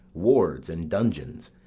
wards, and dungeons,